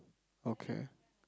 okay